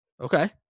Okay